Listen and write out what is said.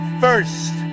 first